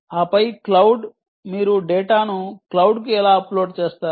ఆపై క్లౌడ్ మీరు డేటాను క్లౌడ్కు ఎలా అప్లోడ్ చేస్తారు